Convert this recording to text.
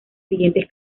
siguientes